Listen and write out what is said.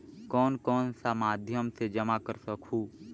कौन कौन सा माध्यम से जमा कर सखहू?